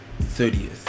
30th